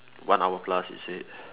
one hour plus is it